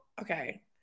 okay